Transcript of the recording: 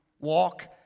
walk